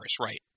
right